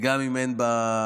וגם אם אין בכנסת,